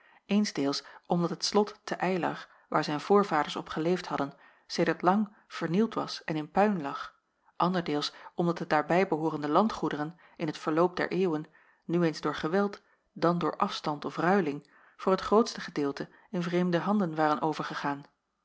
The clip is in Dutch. eensdeels omdat het slot te eylar waar zijn voorvaders op geleefd hadden sedert lang vernield was en in puin lag anderdeels omdat de daarbij behoorende landgoederen in het verloop der eeuwen nu eens door geweld dan door afstand of ruiling voor het grootste gedeelte in vreemde handen waren overgegaan